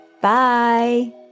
Bye